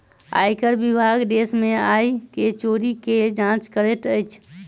आयकर विभाग देश में आय के चोरी के जांच करैत अछि